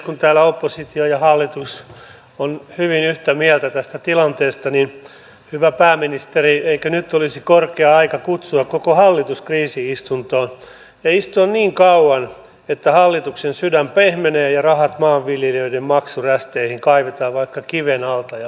kun täällä oppositio ja hallitus ovat hyvin yhtä mieltä tästä tilanteesta niin hyvä pääministeri eikö nyt olisi korkea aika kutsua koko hallitus kriisi istuntoon ja istua niin kauan että hallituksen sydän pehmenee ja rahat maanviljelijöiden maksurästeihin kaivetaan vaikka kiven alta ja maksetaan heti